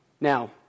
Now